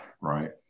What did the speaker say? Right